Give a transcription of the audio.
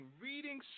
reading